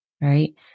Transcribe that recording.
right